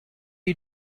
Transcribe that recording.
you